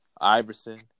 Iverson